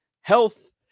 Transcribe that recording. health